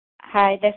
Hi